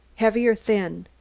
heavy or thin?